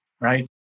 right